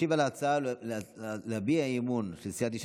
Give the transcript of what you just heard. ישיב על ההצעה להביע אי-אמון של סיעת יש